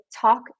talk